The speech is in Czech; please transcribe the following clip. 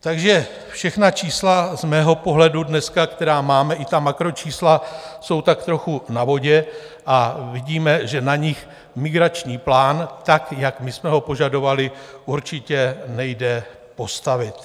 Takže všechna čísla z mého pohledu dneska, která máme, i ta makročísla, jsou tak trochu na vodě a vidíme, že na nich migrační plán, jak jsme ho požadovali, určitě nejde postavit.